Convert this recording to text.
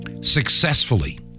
successfully